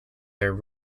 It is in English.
their